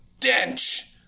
Dench